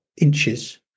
inches